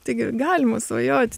taigi galima svajoti